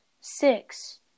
six